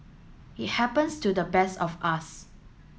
it happens to the best of us